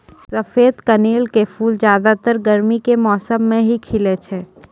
सफेद कनेल के फूल ज्यादातर गर्मी के मौसम मॅ ही खिलै छै